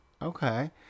Okay